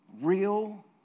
real